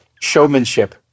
showmanship